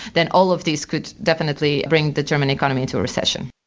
then all of these could definitely bring the germany economy into recession,